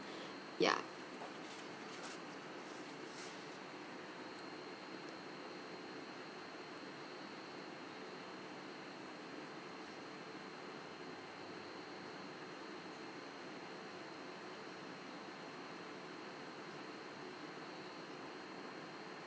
ya